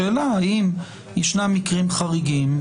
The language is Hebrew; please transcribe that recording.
השאלה האם ישנם מקרים חריגים.